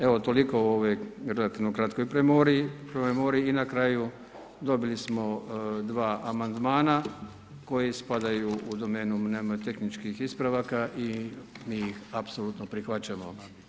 Evo toliko u relativno kratkoj promemoriji i na kraju dobili smo dva amandmana koji spadaju u domenu nomotehničkih ispravaka i mi ih apsolutno prihvaćamo.